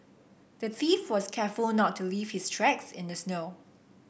the thief was careful not to leave his tracks in the snow